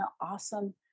awesome